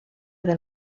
del